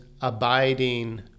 abiding